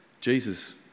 Jesus